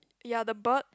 ya the bird